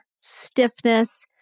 stiffness